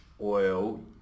oil